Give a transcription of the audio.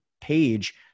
page